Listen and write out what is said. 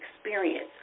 experience